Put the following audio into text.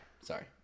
Sorry